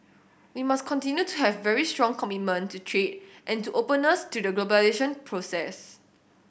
we must continue to have very strong commitment to trade and to openness to the globalisation process